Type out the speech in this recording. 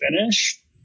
finish